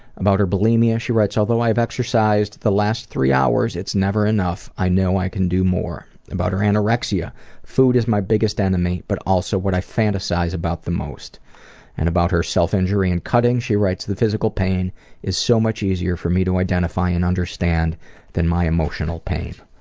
about her bulimia she writes although i've exercised the last three hours, it's never enough. i know i can do more. about her anorexia food is my biggest enemy but also what i fantasize about the most and about her self-injury and cutting she writes the physical pain is so much easier for me to identify and understand than my emotional pain.